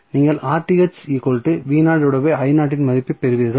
நீங்கள் இன் மதிப்பைப் பெறுவீர்கள்